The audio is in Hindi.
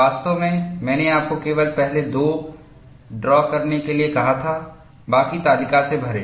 वास्तव में मैंने आपको केवल पहले दो ड्रॉ करने के लिए कहा था बाकी तालिका से भरें